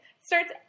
starts